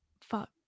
Fuck